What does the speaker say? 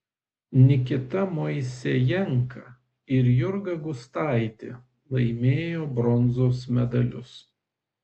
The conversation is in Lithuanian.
nikita moisejenka ir jurga gustaitė laimėjo bronzos medalius